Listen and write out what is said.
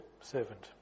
servant